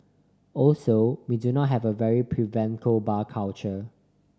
also we do not have a very prevalent bar culture